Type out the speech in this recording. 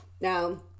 now